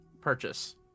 purchase